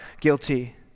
guilty